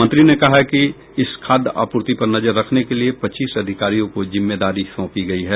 मंत्री ने कहा कि इस खाद्य आपूर्ति पर नजर रखने के लिये पच्चीस अधिकारियों को जिम्मेदारी सोंपी गयी है